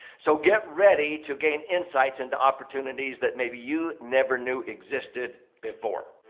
so, get ready to gain insights into opportunities that maybe you never knew existed before.